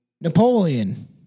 Napoleon